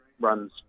runs